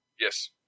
Yes